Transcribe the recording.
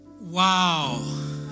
Wow